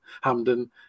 Hamden